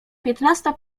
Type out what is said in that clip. piętnasta